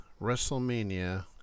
WrestleMania